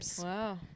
Wow